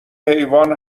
حیوان